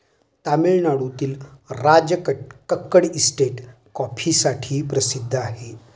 तामिळनाडूतील राजकक्कड इस्टेट कॉफीसाठीही प्रसिद्ध आहे